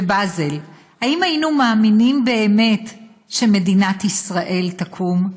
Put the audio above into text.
בבאזל, האם היינו מאמינים באמת שמדינת ישראל תקום?